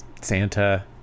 Santa